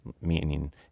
meaning